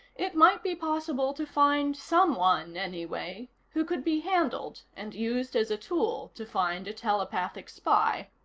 it might be possible to find someone, anyway, who could be handled and used as a tool to find a telepathic spy.